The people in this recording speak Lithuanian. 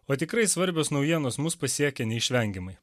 o tikrai svarbios naujienos mus pasiekia neišvengiamai